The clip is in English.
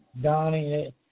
Donnie